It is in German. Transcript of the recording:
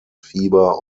fieber